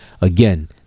again